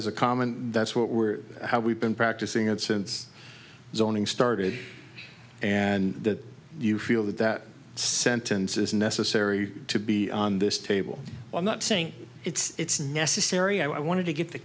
is a common that's what we're how we've been practicing it since zoning started and that you feel that that sentence is necessary to be on this table i'm not saying it's necessary i wanted to get the